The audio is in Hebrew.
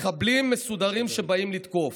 מחבלים מסודרים שבאים לתקוף.